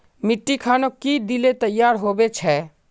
मिट्टी खानोक की दिले तैयार होबे छै?